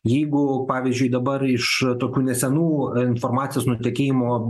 jeigu pavyzdžiui dabar iš tokių nesenų informacijos nutekėjimo